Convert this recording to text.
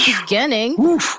beginning